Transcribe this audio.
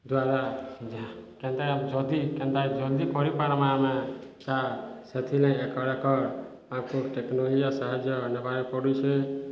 ଦ୍ୱାରା କେନ୍ତା ଯଦି କେନ୍ତା ଜଲ୍ଦି କରିପାରମା ଆମେ ତା ସେଥିନାଇଁ ଏକ ଏକର୍ ଆଙ୍କୁକୁ ଟେକ୍ନୋଲୋଜିର ସାହାଯ୍ୟ ନେବାରେ ପଡ଼ୁଛେ